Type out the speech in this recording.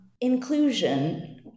inclusion